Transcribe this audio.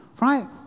right